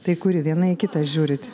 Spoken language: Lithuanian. tai kuri viena į kitą žiūrit